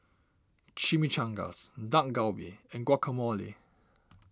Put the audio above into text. Chimichangas Dak Galbi and Guacamole